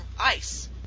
ice